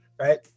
right